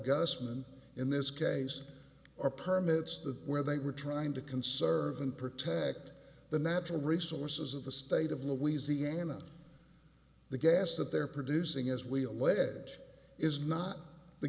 gusman in this case are permits that where they were trying to conserve and protect the natural resources of the state of louisiana the gas that they're producing as we allege is not the